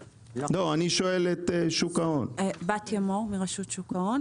בתיה מור מרשות שוק ההון.